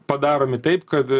padaromi taip kad